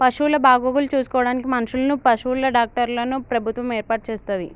పశువుల బాగోగులు చూసుకోడానికి మనుషులను, పశువుల డాక్టర్లను ప్రభుత్వం ఏర్పాటు చేస్తది